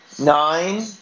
nine